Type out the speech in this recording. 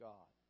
God